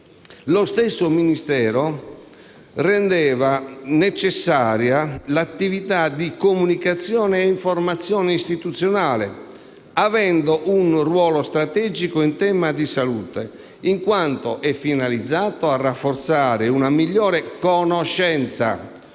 lo stesso Ministero rendeva necessaria l'attività di comunicazione e informazione istituzionale, avendo questa un ruolo strategico in tema di salute, in quanto finalizzata a rafforzare una migliore conoscenza,